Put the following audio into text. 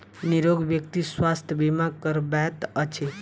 निरोग व्यक्ति स्वास्थ्य बीमा करबैत अछि